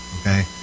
Okay